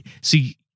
see